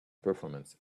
performance